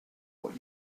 what